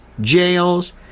jails